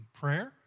prayer